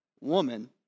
woman